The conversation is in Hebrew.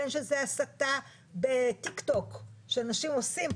בין שזה הסתה בטיקטוק שאנשים עושים,